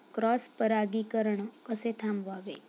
Cross परागीकरण कसे थांबवावे?